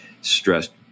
stressed